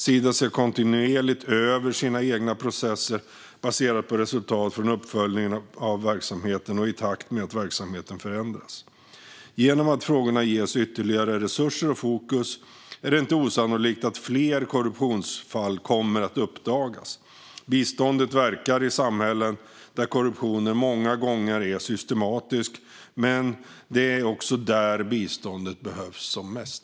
Sida ser kontinuerligt över sina egna processer baserat på resultat från uppföljning av verksamheten och i takt med att verksamheten förändras. Genom att frågorna ges ytterligare resurser och fokus är det inte osannolikt att fler korruptionsfall kommer att uppdagas. Biståndet verkar i samhällen där korruptionen många gånger är systematisk, men det är också där biståndet behövs som mest.